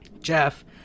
jeff